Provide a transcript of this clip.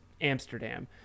amsterdam